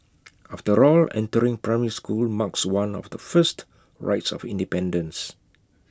after all entering primary school marks one of the first rites of independence